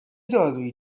دارویی